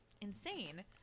insane